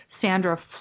Sandra